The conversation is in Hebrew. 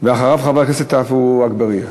אחריו, חבר הכנסת עפו אגבאריה.